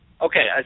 Okay